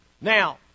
Now